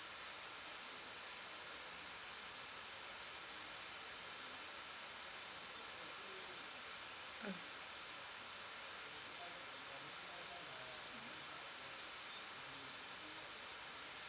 mm